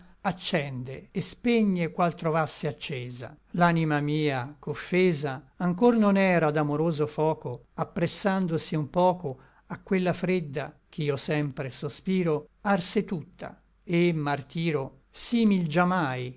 accende et spegne qual trovasse accesa l'anima mia ch'offesa anchor non era d'amoroso foco appressandosi un poco a quella fredda ch'io sempre sospiro arse tutta et martiro simil